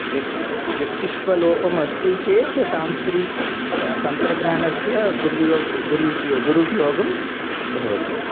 व्यक्त् व्यक्तित्वलोपः अस्ति चेत् तान्त्री तन्त्रज्ञानस्य दुर्योप् दुर्युप्यो दुरुपयोगः भवति